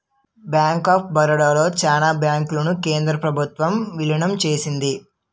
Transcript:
bank of Baroda లో చాలా బ్యాంకులను కేంద్ర ప్రభుత్వం విలీనం చేసింది